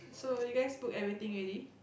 so you guys book everything already